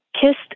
kissed